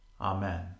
Amen